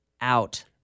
out